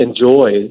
enjoy